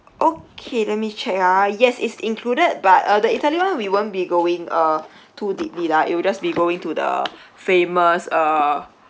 okay let me check ah yes is included but uh the italy one we won't be going uh too deeply lah it will just be going to the famous uh